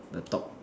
the top